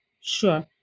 Sure